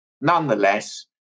nonetheless